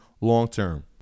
long-term